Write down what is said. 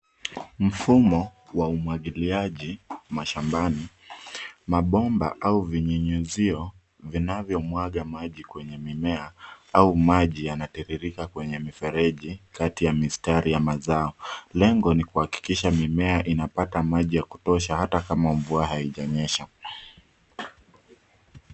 Mfumo wa umwagiliaji mashambani. Mabomba au vinyunyuzio vinavyomwaga maji kwenye mimea au maji yanatiririka kwenye mifereji kati ya mistari ya mazao. Lengo ni kuhakikisha mimea inapata maji ya kutosha hata kama mvua haijanyesha.